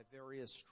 various